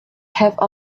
have